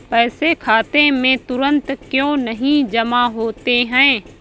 पैसे खाते में तुरंत क्यो नहीं जमा होते हैं?